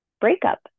breakup